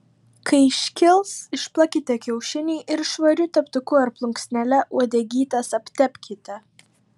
kai iškils išplakite kiaušinį ir švariu teptuku ar plunksnele uodegytes aptepkite